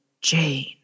jane